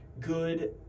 good